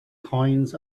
coins